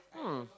mm